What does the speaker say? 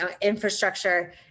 infrastructure